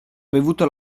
bevuto